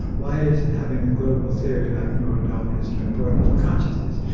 why is and having a global theory like neural darwinism important for consciousness?